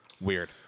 Weird